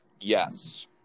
yes